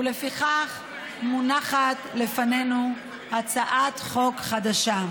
ולפיכך מונחת לפנינו הצעת חוק חדשה.